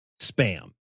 spam